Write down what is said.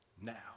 now